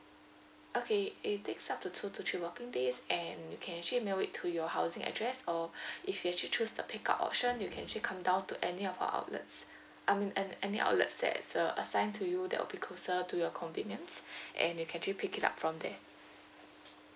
okay it takes up to two to three working days and we can actually mail it to your housing address or if you actually choose the pick up option you can actually come down to any of our outlets I mean an~ any outlets that's uh assigned to you that'll be closer to your convenience and you can actually pick it up from there